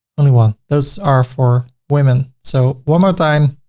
only one. those are for women. so one more time.